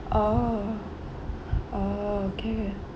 oh okay